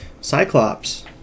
Cyclops